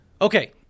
Okay